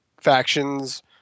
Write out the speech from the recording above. factions